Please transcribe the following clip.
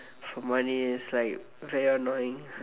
for money is like very annoying